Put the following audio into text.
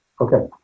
Okay